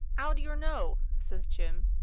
ow d'yer know? says jim.